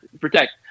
protect